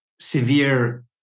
severe